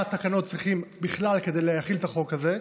תקנות צריכים בכלל כדי להחיל את החוק הזה,